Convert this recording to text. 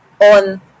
on